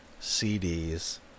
cds